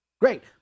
great